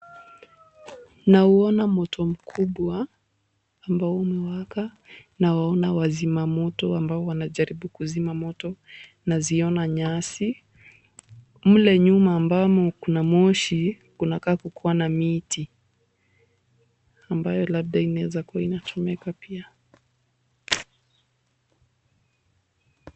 Nauona moto mkubwa ambao umewaka. Nawaona wazima moto ambao wanajaribu kuzima moto. Naziona nyasi. Mle nyuma ambamo kuna moshi kunakaa kukuwa na miti ambayo labda inaweza kuwa inachomeka pia.